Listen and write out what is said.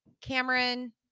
Cameron